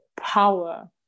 power